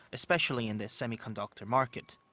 especially in the semiconductor market.